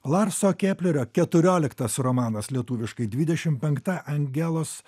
larso keplerio keturioliktas romanas lietuviškai dvidešim penkta angelos